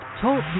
TALK